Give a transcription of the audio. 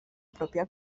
propia